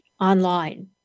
online